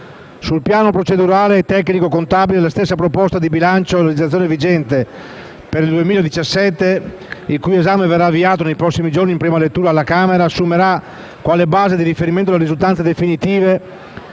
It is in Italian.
Sul piano procedurale e tecnico contabile, la stessa proposta di bilancio a legislazione vigente per l'esercizio 2017, il cui esame verrà avviato nei prossimi giorni in prima lettura alla Camera, assumerà quale base di riferimento le risultanze definitive